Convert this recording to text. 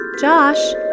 Josh